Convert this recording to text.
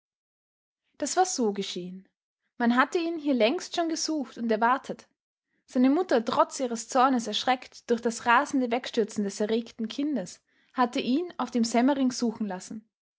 das war so geschehen man hatte ihn hier längst schon gesucht und erwartet seine mutter trotz ihres zornes erschreckt durch das rasende wegstürzen des erregten kindes hatte ihn auf dem semmering suchen lassen